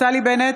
נפתלי בנט,